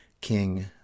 king